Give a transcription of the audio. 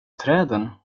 träden